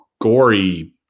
gory